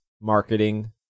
marketing